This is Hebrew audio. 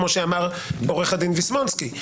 כמו שאמר עו"ד ויסמונסקי.